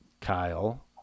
Kyle